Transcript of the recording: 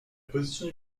position